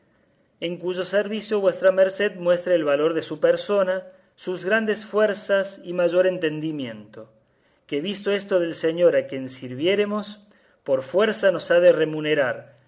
en cuyo servicio vuestra merced muestre el valor de su persona sus grandes fuerzas y mayor entendimiento que visto esto del señor a quien sirviéremos por fuerza nos ha de remunerar